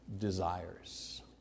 desires